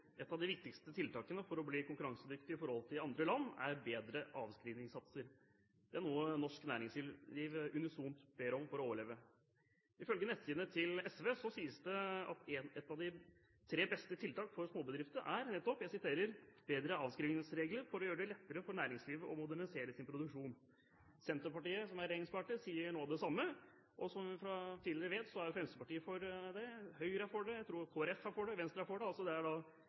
Et av de viktigste tiltakene for å bli konkurransedyktig i forhold til andre land er bedre avskrivningssatser – det er noe norsk næringsliv unisont ber om for å overleve. Ifølge nettsidene til SV sies det at ett av de tre beste tiltakene for småbedrifter er nettopp «bedre avskrivningsregler for å gjøre det lettere for næringslivet å modernisere sin produksjon». Senterpartiet, som er regjeringsparti, sier noe av det samme. Og som vi vet fra tidligere, er Fremskrittspartiet for det, Høyre er for det, jeg tror Kristelig Folkeparti er for det, Venstre er for det – det er